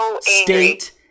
state